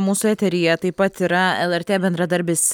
mūsų eteryje taip pat yra lrt bendradarbis